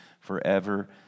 forever